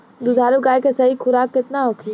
दुधारू गाय के सही खुराक केतना होखे?